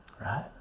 right